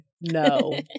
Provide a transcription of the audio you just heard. No